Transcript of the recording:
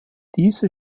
diese